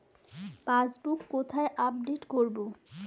Passbook কোথায় update করব?